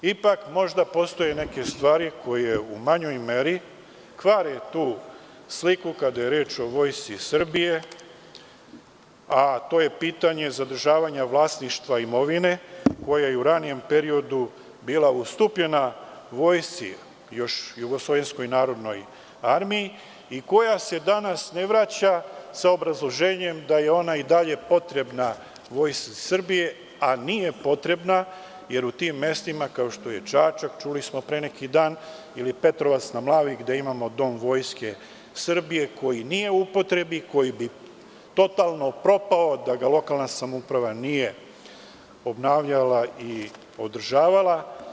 Ipak možda postoje neke stvari koje u manjoj meri kvare tu sliku kada je reč o Vojsci Srbije, a to je pitanje zadržavanja vlasništva imovine koja je u ranijem periodu bila ustupljena JNA i koja se danas ne vraća sa obrazloženjem da je ona i dalje potrebna Vojsci Srbije a nije potrebna jer u tim mestima kao što je Čačak ili Petrovac na Mlavi gde imamo Dom Vojske Srbije koji ne u upotrebi i koji bi totalno propao da ga lokalna samouprava nije obnavljala i održavala.